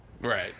Right